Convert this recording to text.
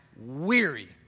weary